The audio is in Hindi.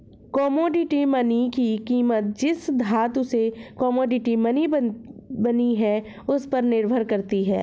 कोमोडिटी मनी की कीमत जिस धातु से कोमोडिटी मनी बनी है उस पर निर्भर करती है